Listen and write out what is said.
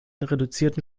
reduzierten